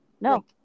No